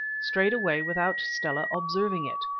strayed away without stella observing it.